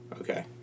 Okay